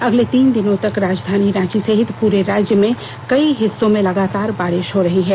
अगले तीन दिनों तक राजधानी रांची सहित पूरे राज्य के कई हिस्सों में लगातार वारिश हो रही है